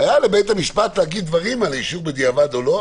היה לבית המשפט לומר דברים על אישור בדיעבד או לא,